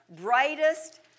brightest